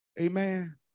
Amen